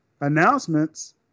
announcements